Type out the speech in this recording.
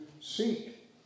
seek